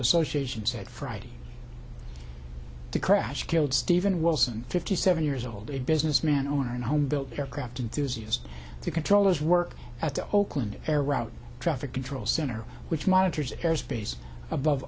association said friday the crash killed stephen wilson fifty seven years old a businessman owner in homebuilt aircraft enthusiasm to controllers work at the oakland air route traffic control center which monitors airspace above